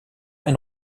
ein